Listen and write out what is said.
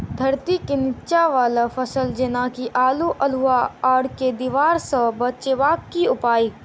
धरती केँ नीचा वला फसल जेना की आलु, अल्हुआ आर केँ दीवार सऽ बचेबाक की उपाय?